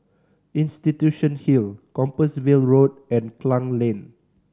Institution Hill Compassvale Road and Klang Lane